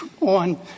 on